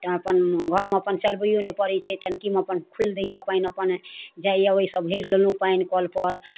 तऽ अपन घरमे अपन चलबैयो नहि पड़ै छै टङ्कीमे अपन खोलि दै यऽ पानि अपन जाइए ओइसँ भरि लेलहुँ पानि कलपर